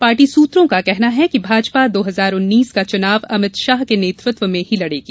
party सूत्रों का कहना है कि भाजपा दो हजार उन्नीस का चुनाव अमित शाह के नेतृत्व में ही लड़ेगी